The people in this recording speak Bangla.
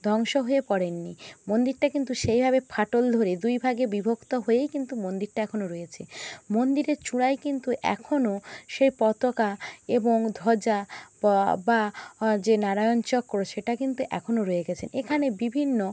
ধ্বংস হয়ে পড়েনই মন্দিরটা কিন্তু সেই ভাবে ফাটল ধরে দুই ভাগে বিভক্তি হয়েই কিন্তু মন্দিরটা এখন রয়েছে মন্দিরে চূড়ায় কিন্তু এখনো সেই পতাকা এবং ধ্বজা বা বা যে নারায়ণ চক্র সেটা কিন্তু এখনো রয়ে গেছে এখানে বিভিন্ন